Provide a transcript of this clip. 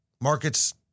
Markets